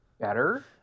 better